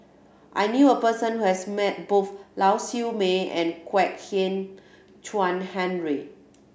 I knew a person who has met both Lau Siew Mei and Kwek Hian Chuan Henry